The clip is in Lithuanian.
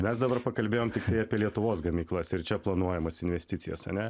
mes dabar pakalbėjom tik apie lietuvos gamyklas ir čia planuojamas investicijas ane